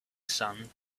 sand